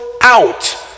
out